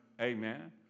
Amen